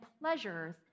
pleasures